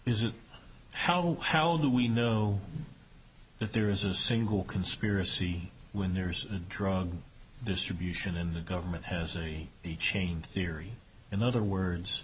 is it how the hell do we know that there is a single conspiracy when there's a drug distribution in the government has a chain theory in other words